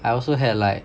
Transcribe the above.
I also had like